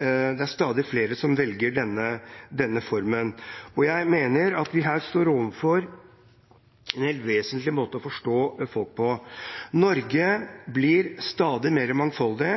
er stadig flere som velger denne formen. Jeg mener vi her står overfor en helt vesentlig måte å forstå folk på. Norge blir stadig mer mangfoldig.